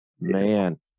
man